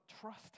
trust